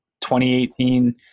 2018